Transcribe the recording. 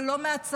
אבל לא מהצבא.